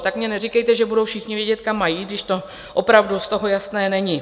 Tak mi neříkejte, že budou všichni vědět, kam mají jít, když to opravdu z toho jasné není.